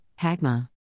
HAGMA